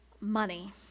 money